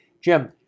Jim